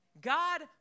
God